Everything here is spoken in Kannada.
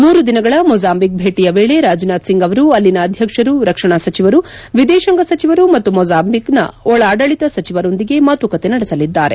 ಮೂರು ದಿನಗಳ ಮೊಜಾಂಬಿಕ್ ಭೇಟಿಯ ವೇಳೆ ರಾಜನಾಥ್ ಸಿಂಗ್ ಅವರು ಅಲ್ಲಿನ ಅದ್ದಕ್ಷರು ರಕ್ಷಣಾ ಸಚಿವರು ವಿದೇಶಾಂಗ ಸಚಿವರು ಮತ್ತು ಮೊಜಾಂಬಿಕ್ನ ಒಳಾಡಳಿತ ಸಚಿವರೊಂದಿಗೆ ಮಾತುಕತೆ ನಡೆಸಲಿದ್ದಾರೆ